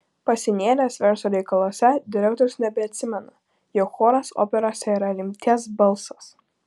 pasinėręs verslo reikaluose direktorius nebeatsimena jog choras operose yra lemties balsas